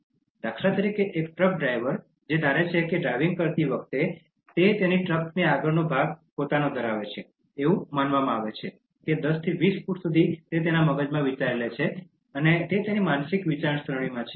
દાખલા તરીકે એક ટ્રક ડ્રાઈવર જે ધારે છે કે ડ્રાઇવિંગ કરતી વખતે તે તેની ટ્રકનો આગળનો ભાગ ધરાવે છે એવું માનવામાં આવે છે કે 10 થી 20 ફુટ સુધી તે તેના મગજમાં વિચારે છે કે તે તેની માનસિક વિચારસરણીમાં છે